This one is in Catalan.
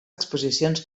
exposicions